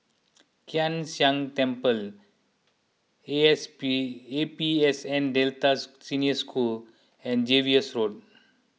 Kai San Temple A S P A P S N Delta Senior School and Jervois Road